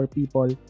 people